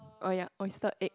oh ya oyster egg